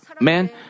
man